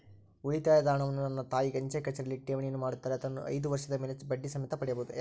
ಉಳಿತಾಯದ ಹಣವನ್ನು ನನ್ನ ತಾಯಿ ಅಂಚೆಕಚೇರಿಯಲ್ಲಿ ಠೇವಣಿಯನ್ನು ಮಾಡುತ್ತಾರೆ, ಅದನ್ನು ಐದು ವರ್ಷದ ಮೇಲೆ ಬಡ್ಡಿ ಸಮೇತ ಪಡೆಯಬಹುದು